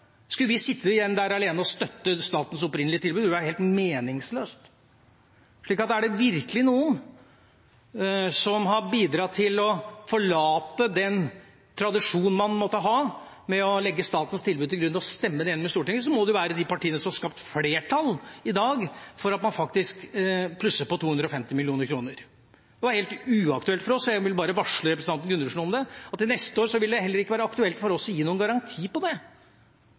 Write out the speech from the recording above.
Skulle vi sitte igjen der alene og støtte statens opprinnelig tilbud? Det ville være helt meningsløst. Er det virkelig noen som har bidratt til å forlate den tradisjonen man måtte ha med å legge statens tilbud til grunn og stemme det igjennom i Stortinget, må det jo være de partiene som har skapt flertall i dag for at man faktisk plusser på 250 mill. kr. Det var helt uaktuelt for oss, og jeg vil bare varsle representanten Gundersen om at til neste år vil det heller ikke være aktuelt for oss å gi noen garanti på det.